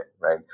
right